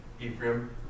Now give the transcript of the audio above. Ephraim